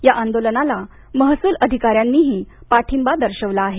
या आंदोलनाला महसूल अधिकाऱ्यांनीही पाठिंबा दर्शवला आहे